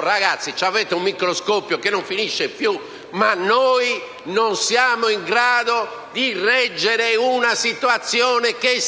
ragazzi, avete un microscopio che non finisce più. Ma noi non siamo in grado di reggere una situazione che